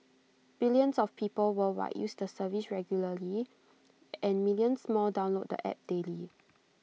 billions of people worldwide use the service regularly and millions more download the app daily